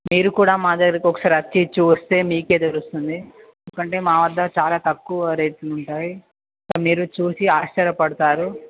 మీరు కూడా మా దగ్గరికి ఒకసారి వచ్చి చూస్తే మీకే తెలుస్తుంది ఎందుకంటే మా వద్ద చాలా తక్కువ రేట్లు ఉంటాయి మీరు చూసి ఆశ్చర్యపడతారు